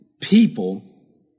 people